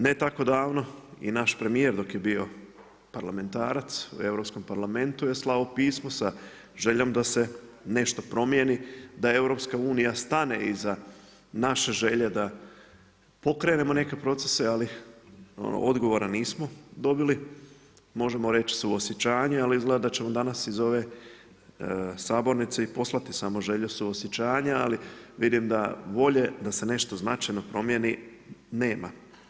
Ne tako davno je naš premjer dok je bio parlamentarac u Europskom parlamentu je slao pismo sa željom da se nešto promjeni, da EU stane iza naše želje da pokrenemo neke procese, ali odgovor nismo dobili, možemo reći suosjećanja ali izgleda da ćemo danas iz ove sabornice i poslati samo želju suosjećanja ali vidim da volje da se nešto značajno promjeni nema.